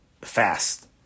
fast